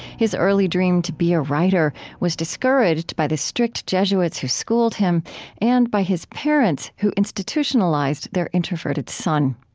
his early dream to be a writer was discouraged by the strict jesuits who schooled him and by his parents, who institutionalized their introverted son.